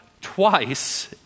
twice